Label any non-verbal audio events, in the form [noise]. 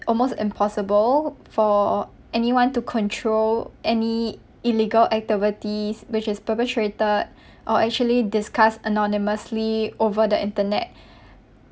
almost impossible for anyone to control any illegal activities which is perpetrated [breath] or actually discussed anonymously over the internet